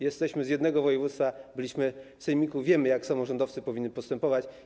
Jesteśmy z jednego województwa, byliśmy w sejmiku, wiemy, jak samorządowcy powinni postępować.